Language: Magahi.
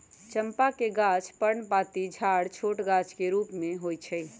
चंपा के गाछ पर्णपाती झाड़ छोट गाछ के रूप में होइ छइ